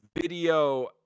video